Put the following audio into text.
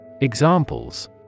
Examples